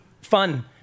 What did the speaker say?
fun